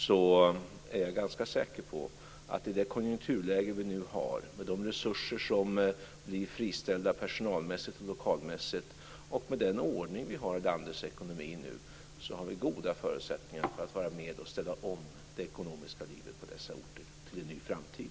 Jag är ganska säker på att i det konjunkturläge vi nu har, med de resurser som blir friställda personalmässigt och lokalmässigt och med den ordning vi nu har i landets ekonomi har vi goda förutsättningar att vara med och ställa om det ekonomiska livet på dessa orter till en ny framtid.